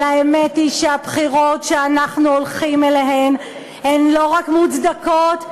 אבל האמת היא שהבחירות שאנחנו הולכים אליהן הן לא רק מוצדקות,